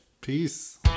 Peace